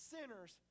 sinners